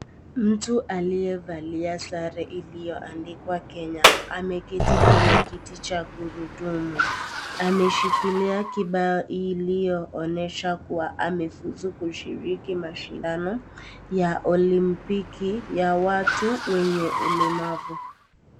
Mtu aliyevalia sare iliyoandikwa Kenya ameketi kwenye kiti cha gurudumu ameshikilia kibao ilionyesha kuwa amefuzu kushiriki mashindano ya olimpiki ya watu wenye ulemavu.